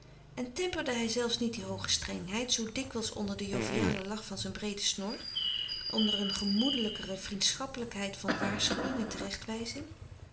en temperde hij zelfs niet die hooge strengheid zoo dikwijls onder den jovialen lach van zijn breeden snor onder een gemoedelijkere vriendschappelijkheid van